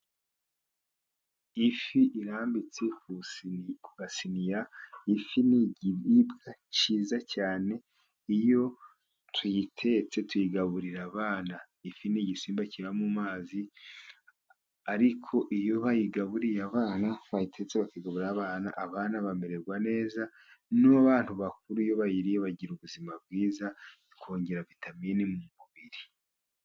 Ifi irambitse ku gasiniriya, ifi ni ikiribwa cyiza cyane, iyo tuyitetse tuyigaburira abana, ifi n'igisimba kiba mu mazi, ariko iyo bayigaburiye abana, bayitetse bakayigaburira abana, abana bamererwa neza. N'abantu bakuru iyo bayiriye bagira ubuzima bwiza, bikongera vitamini mu mubiri.